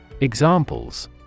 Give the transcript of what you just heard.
examples